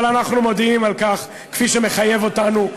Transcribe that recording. אבל אנחנו מודיעים על כך, כפי שמחייב אותנו.